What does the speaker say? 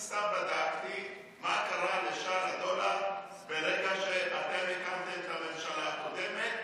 אני סתם בדקתי מה קרה לשער הדולר ברגע שאתם הקמתם את הממשלה הקודמת.